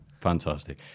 Fantastic